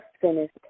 finished